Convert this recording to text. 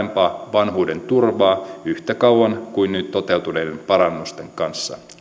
vanhuudenturvaa yhtä kauan kuin nyt toteutuneiden parannusten kanssa